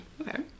Okay